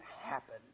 happen